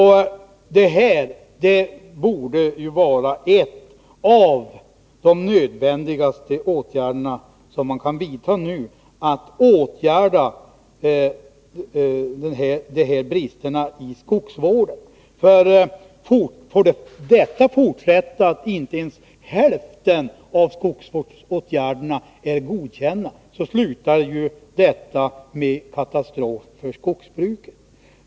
En av de nödvändigaste åtgärder som man nu kan vidta är att avhjälpa bristerna inom skogsvården. Blir det även i fortsättningen så att inte ens hälften av skogsvårdsåtgärderna blir godkända, slutar det ju med en katastrof för skogsbruket.